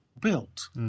built